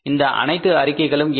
இந்த அனைத்து அறிக்கைகளும் என்ன